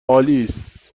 آلیس